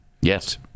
Yes